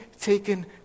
taken